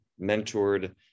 mentored